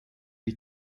die